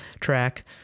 track